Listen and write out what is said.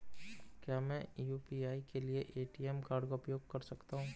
क्या मैं यू.पी.आई के लिए ए.टी.एम कार्ड का उपयोग कर सकता हूँ?